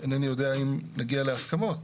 אינני יודע אם נגיע להסכמות,